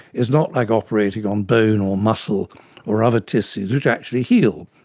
it's not like operating on bone or muscle or other tissues which actually heal.